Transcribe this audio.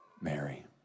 Mary